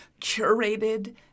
curated